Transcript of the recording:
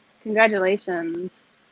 Congratulations